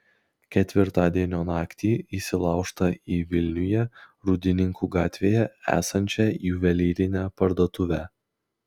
ketvirtadienio naktį įsilaužta į vilniuje rūdninkų gatvėje esančią juvelyrinę parduotuvę